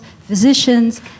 physicians